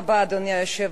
חברי חברי הכנסת,